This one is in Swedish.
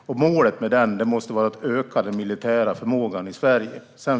Målet med den måste vara att öka den militära förmågan i Sverige.